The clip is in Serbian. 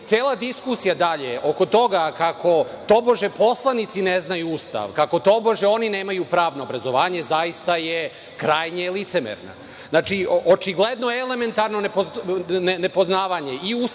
cela diskusija dalje oko toga kako tobože poslanici ne znaju Ustav, kako tobože oni nemaju pravo na obrazovanje, zaista je krajnje licemerna. Znači, očigledno elementarno nepoznavanje i Ustava